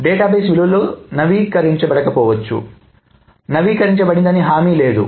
database విలువలు నవీకరించబడకపోవచ్చు నవీకరించబడింది అని హామీ లేదు